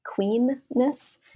queenness